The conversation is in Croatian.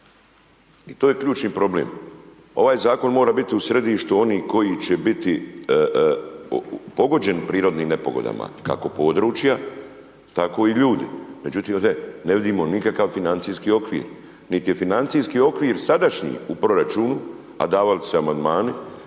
I to je ključni problem. Ovaj zakon mora biti u središtu onih koji će biti pogođeni prirodnim nepogodama kako područja, tako i ljudi. Međutim ovdje ne vidimo nikakav financijski okvir. Niti je financijski okvir sadašnji u proračunu a davali su se amandmani